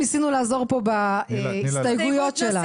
ניסינו לעזור פה בהסתייגויות שלנו.